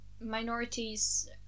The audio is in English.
Minorities